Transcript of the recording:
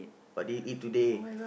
what did you eat today